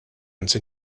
anzi